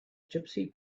gypsy